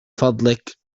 فضلك